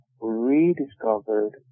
rediscovered